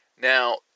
Now